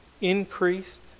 increased